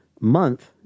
month